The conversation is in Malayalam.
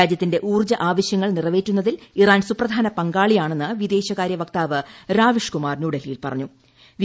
രാജ്യത്തിന്റെ ഊർജ്ജ ആവശൃങ്ങൾ നിറവ്വെറ്റുന്നതിൽ ഇറാൻ സൂപ്രധാന പങ്കാളിയാണെന്ന് വിദ്ദേശ്ശകാര്യ വക്താവ് രാവീഷ് കുമാർ ന്യൂഡൽഹിയിൽ പറഞ്ഞു്